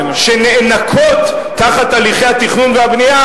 שנאנקות תחת הליכי התכנון והבנייה,